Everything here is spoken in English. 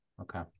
Okay